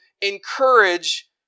encourage